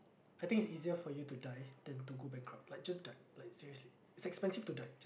I think it's easier for you to die then to go bankrupt like just die like seriously it's expensive to die